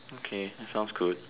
okay that sounds good